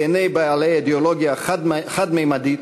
בעיני בעלי אידיאולוגיה חד-ממדית,